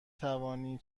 توانی